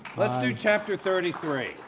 let's do chapter thirty three,